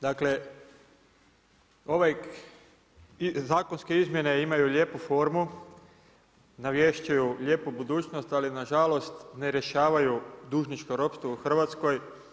Dakle ove zakonske izmjene imaju lijepu formu, navješćuju lijepu budućnost, ali nažalost ne rješavaju dužničko ropstvo u Hrvatskoj.